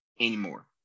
anymore